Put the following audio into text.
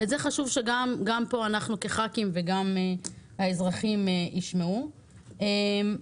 חשוב שאנחנו כחברי כנסת והאזרחים ישמעו את זה.